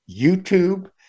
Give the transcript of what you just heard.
YouTube